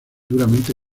duramente